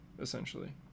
essentially